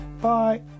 Bye